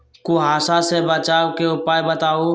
कुहासा से बचाव के उपाय बताऊ?